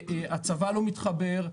הצבא לא מתחבר.